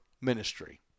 ministry